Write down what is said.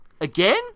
Again